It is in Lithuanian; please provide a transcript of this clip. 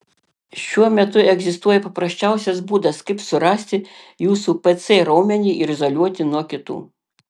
šiuo metu egzistuoja paprasčiausias būdas kaip surasti jūsų pc raumenį ir izoliuoti nuo kitų